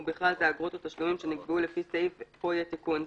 ובכלל זה אגרות או תשלומים שנקבעו לפי סעיף -- פה יהיה תיקון.